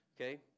okay